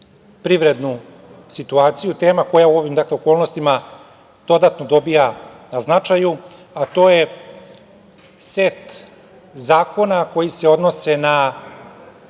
privrednu situaciju, tema koja u ovim okolnostima dodatno dobija na značaju, a to je set zakona koji se odnose na